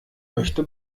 möchte